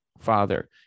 father